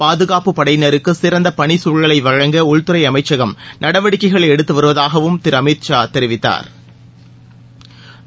பாதுகாப்பு படையினருக்கு சிறந்த பணி சூழலை வழங்க உள்தறை அமைச்சகம் நடவடிக்கைகளை எடுத்து வருவதாகவும் திரு அமித்ஷா தெரிவித்தாா்